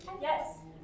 Yes